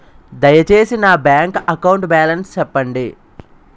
దయచేసి నా bank account balance చెప్పండి